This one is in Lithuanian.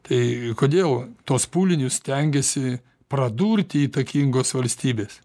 tai kodėl tuos pūlinius stengiasi pradurti įtakingos valstybės